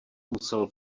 musel